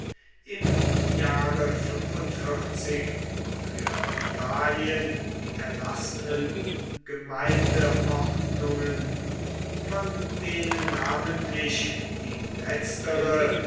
im jahre für italien erlassenen gemeindeordnungen von denen namentlich die letztere